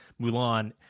Mulan